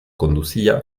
conducía